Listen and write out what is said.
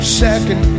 second